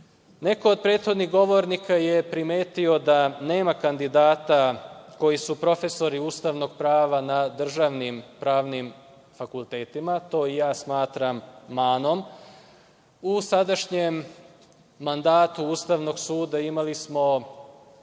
od prethodnih govornika je primetio da nema kandidata koji su profesori Ustavnog prava na državnim pravnim fakultetima. To i ja smatram manom. U sadašnjem mandatu Ustavnog suda imali smo